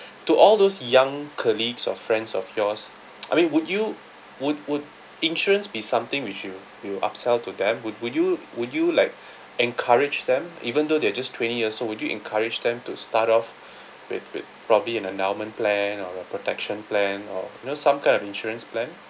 to all those young colleagues or friends of yours I mean would you would would insurance be something which you you upsell to them would would you would you like encourage them even though they are just twenty years old would you encourage them to start off with with probably an endowment plan or a protection plan or you know some kind of insurance plan